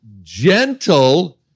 gentle